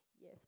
yes